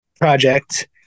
project